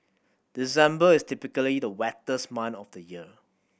December is typically the wettest month of the year